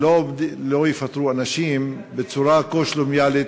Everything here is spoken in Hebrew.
שלא יפטרו אנשים בצורה כה שלומיאלית